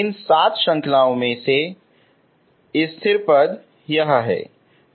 इन सात शृंखला पदों में स्थिर पद है